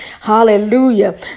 Hallelujah